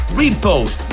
repost